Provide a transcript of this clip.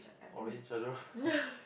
orange I don't know